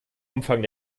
umfang